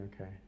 okay